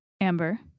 Amber